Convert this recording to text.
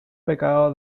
pecado